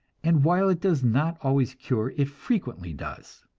and while it does not always cure, it frequently does.